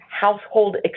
household